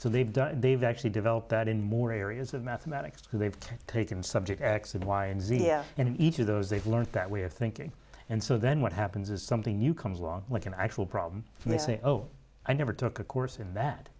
so they've done they've actually developed that in more areas of mathematics so they've taken subject x and y and z and each of those they've learnt that we're thinking and so then what happens is something new comes along like an actual problem and they say oh i never took a course in that